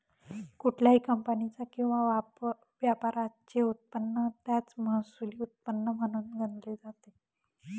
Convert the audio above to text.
कुठल्याही कंपनीचा किंवा व्यापाराचे उत्पन्न त्याचं महसुली उत्पन्न म्हणून गणले जाते